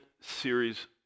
series